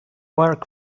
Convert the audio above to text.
work